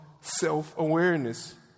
self-awareness